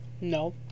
No